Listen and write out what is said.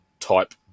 type